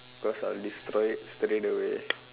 because I'll destroy it straight away